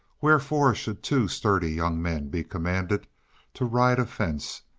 wherefore should two sturdy young men be commanded to ride a fence,